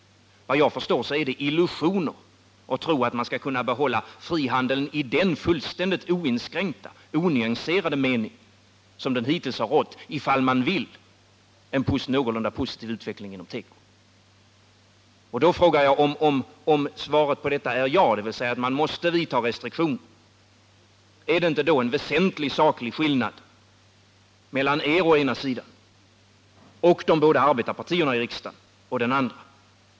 Vad jag förstår, är det illusioner att tro att man skall kunna behålla frihandeln i den fullständigt oinskränkta och onyanserade mening som gällt hittills, ifall man vill åstadkomma en någorlunda positiv utveckling inom teko i Sverige. Om svaret på detta är ja, dvs. att det måste införas restriktioner, är det inte en väsentlig saklig skillnad mellan er å ena sidan och de båda arbetarpartierna i riksdagen å den andra?